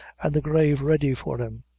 an' the grave ready for him.